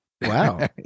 Wow